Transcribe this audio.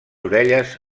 orelles